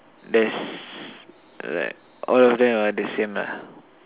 there's like all of them are the same lah